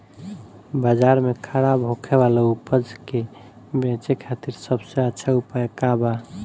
बाजार में खराब होखे वाला उपज के बेचे खातिर सबसे अच्छा उपाय का बा?